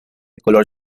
color